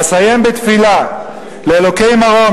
אסיים בתפילה לאלוקי מרום,